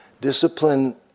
Discipline